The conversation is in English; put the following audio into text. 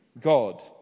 God